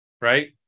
right